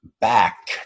back